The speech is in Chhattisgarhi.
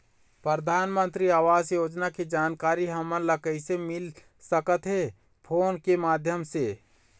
परधानमंतरी आवास योजना के जानकारी हमन ला कइसे मिल सकत हे, फोन के माध्यम से?